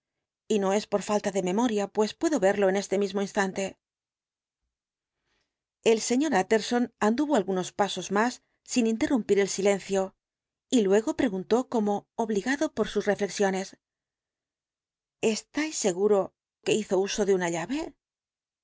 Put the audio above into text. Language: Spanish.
y no es por falta de memoria pues puedo verlo en este mismo instante el sr utterson anduvo algunos pasos más sin interrumpir el silencio y luego preguntó como obligado por sus reflexiones estáis seguro que hizo uso de una llave